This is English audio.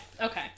okay